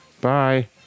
Bye